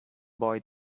boy